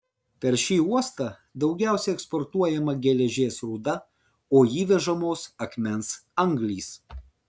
per šį uostą daugiausiai eksportuojama geležies rūda o įvežamos akmens anglys